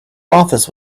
office